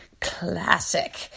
Classic